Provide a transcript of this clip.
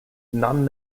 non